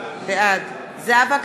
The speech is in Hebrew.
בעד זהבה גלאון,